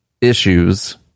issues